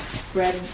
spread